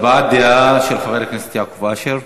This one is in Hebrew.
הבעת דעה של חבר הכנסת יעקב אשר.